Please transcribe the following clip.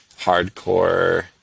hardcore